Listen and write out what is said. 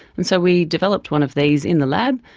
and so we developed one of these in the lab.